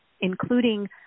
including